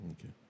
Okay